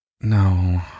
No